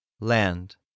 Land